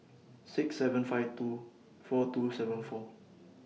six seven five two four two seven four